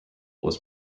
was